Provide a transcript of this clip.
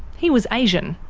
he was asian,